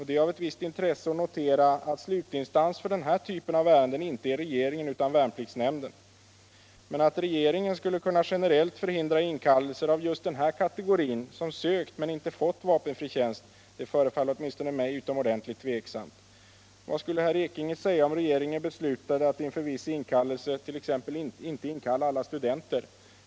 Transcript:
Det är av ett visst intresse att notera att slutinstans för denna typ av ärenden inte är regeringen utan värnpliktsnämnden. Men att regeringen skulle kunna generellt förhindra inkallelser av just denna kategori, som sökt men inte fått vapenfri tjänst, förefaller åtminstone mig utomordentligt tvivelaktigt. Vad skulle herr Ekinge säga om regeringen beslutade att inför viss inkallelse inte inkalla alla studenter?